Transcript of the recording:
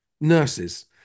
Nurses